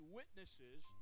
witnesses